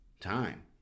time